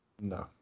No